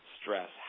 Stress